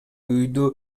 үйдү